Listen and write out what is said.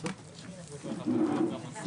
נפתח בדיון